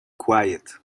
quiet